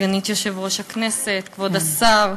כבוד השר,